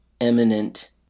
eminent